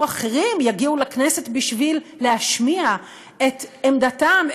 אחרים יגיעו לכנסת להשמיע את עמדתם,